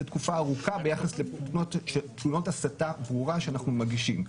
תקופה ארוכה ביחס לתלונות הסתה ברורה שאנחנו מגישים.